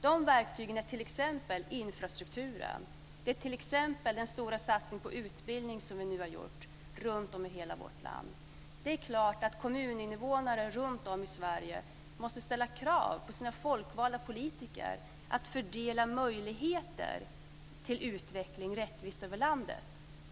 De verktygen är t.ex. infrastrukturen och den stora satsningen på utbildning som vi nu har gjort runtom i hela vårt land. Det är klart att kommuninvånare runtom i Sverige måste ställa krav på sina folkvalda politiker att fördela möjligheter till utveckling rättvist över landet.